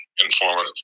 informative